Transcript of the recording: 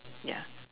ya